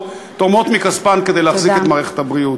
תורמות מכספן כדי להחזיק את מערכת הבריאות,